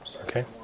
Okay